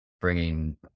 bringing